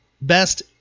Best